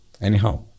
Anyhow